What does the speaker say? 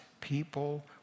people